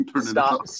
Stop